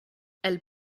elle